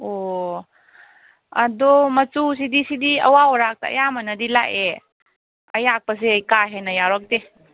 ꯑꯣ ꯑꯗꯣ ꯃꯆꯨꯁꯤꯗꯤ ꯁꯤꯗꯤ ꯑꯋꯥꯎ ꯑꯔꯥꯛꯇ ꯑꯌꯥꯝꯕꯅꯗꯤ ꯂꯥꯛꯑꯦ ꯑꯌꯥꯛꯄꯁꯦ ꯀꯥ ꯍꯦꯟꯅ ꯌꯥꯎꯔꯛꯇꯦ